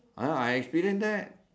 ah I experienced that